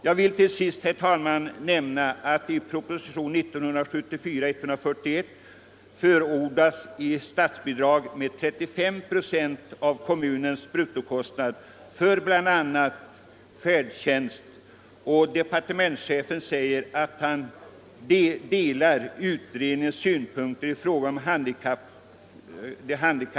Slutligen vill jag nämna att i propositionen 141 förordas statsbidrag med 35 procent av kommunernas bruttokostnader för bl.a. färdtjänst, och där uttalade departementschefen att han delar utredningens synpunkter i fråga om handikappades bilanskaffning.